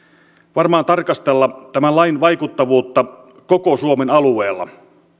varmaan tarkastella tämän lain vaikuttavuutta koko suomen alueella